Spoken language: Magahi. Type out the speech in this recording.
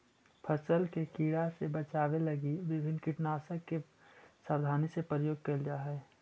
फसल के कीड़ा से बचावे लगी विभिन्न कीटनाशक के सावधानी से प्रयोग कैल जा हइ